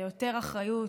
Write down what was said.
ליותר אחריות,